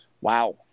wow